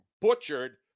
butchered